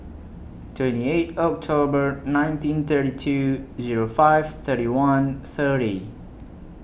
twenty eight October nineteen thirty two Zero five thirty one thirty